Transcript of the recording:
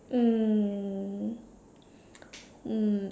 mm mm